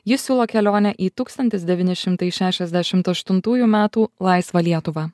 ji siūlo kelionę į tūkstantis devyni šimtai šešiasdešimt aštuntųjų metų laisvą lietuvą